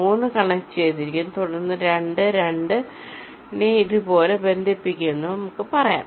3 connect ചെയ്തിരിക്കുന്നു തുടർന്ന് 2 2 നെ ഇതുപോലെ ബന്ധിപ്പിക്കുമെന്ന് നമുക്ക് പറയാം